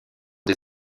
des